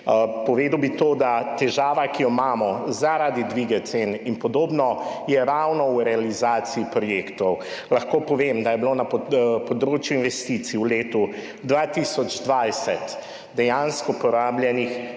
Povedal bi to, da je težava, ki jo imamo zaradi dviga cen in podobno, ravno v realizaciji projektov. Lahko povem, da je bilo na področju investicij v letu 2020 dejansko porabljenih